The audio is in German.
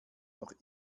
noch